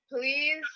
Please